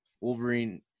Wolverine